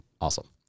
Awesome